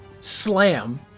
slam